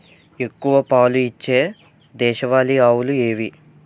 ఎక్కువ పాలు ఇచ్చే దేశవాళీ ఆవులు ఏవి?